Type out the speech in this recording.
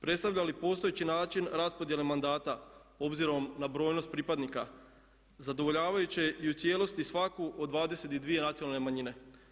Predstavlja li postojeći način raspodjele mandata obzirom na brojnost pripadnika zadovoljavajuće i u cijelosti svaku od 22 nacionalne manjine.